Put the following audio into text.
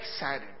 excited